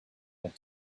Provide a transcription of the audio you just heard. had